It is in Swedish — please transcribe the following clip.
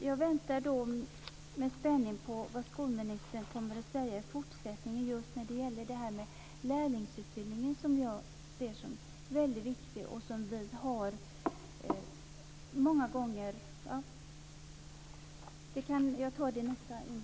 Jag väntar med spänning på vad skolministern fortsättningsvis kommer att säga om lärlingsutbildningen, som jag anser vara väldigt viktig.